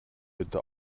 bitte